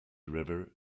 river